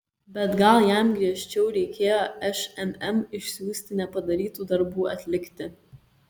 bet gal jam griežčiau reikėjo šmm išsiųsti nepadarytų darbų atlikti